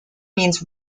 means